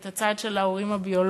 את הצד של ההורים הביולוגיים,